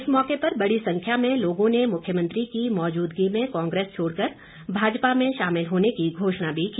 इस मौके पर बड़ी संख्या में लोगों ने मुख्यमंत्री की मौजूदगी में कांग्रेस छोड़ कर भाजपा में शामिल होने की घोषणा भी की